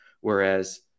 Whereas